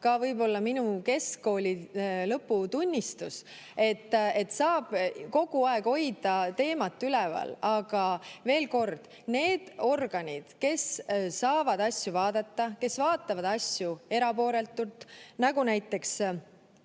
ka võib-olla minu keskkooli lõputunnistus, et saaks kogu aeg hoida teemat üleval? Aga veel kord, need organid, kes saavad asju vaadata, kes vaatavad asju erapooletult, nagu näiteks